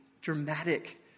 dramatic